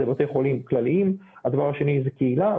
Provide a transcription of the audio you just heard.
בבתי חולים כלליים; הדבר השני זה קהילה;